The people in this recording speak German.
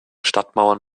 stadtmauern